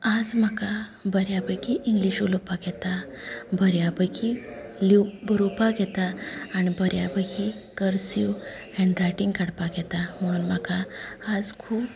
आज म्हाका बऱ्या पैकी इंग्लीश उलोवपाक येता बऱ्यापैकी लिव बरोवपाक येता आनी बऱ्यापैकी कर्सिव हेंडरायटिंग काडपाक येता म्हणून म्हाका आज खूब